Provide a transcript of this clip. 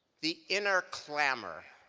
the inner clamor